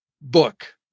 book